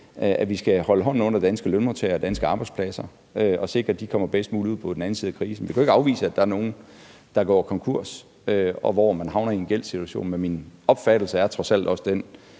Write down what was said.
at vi skal holde hånden under danske lønmodtagere og danske arbejdspladser og sikre, at de kommer bedst muligt ud på den anden side af krisen. Vi kan jo ikke afvise, at der er nogle, der går konkurs, og hvor man havner i en gældssituation, men min opfattelse er trods alt også den,